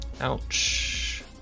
ouch